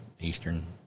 eastern